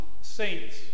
saints